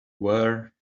were